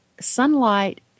sunlight